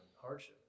hardship